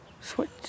switch